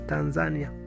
Tanzania